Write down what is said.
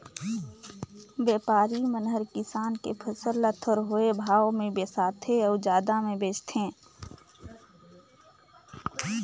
बेपारी मन हर किसान के फसल ल थोरहें भाव मे बिसाथें अउ जादा मे बेचथें